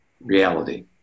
reality